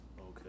okay